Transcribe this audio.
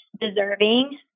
deserving